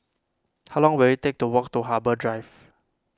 how long will it take to walk to Harbour Drive